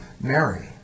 Mary